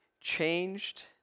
changed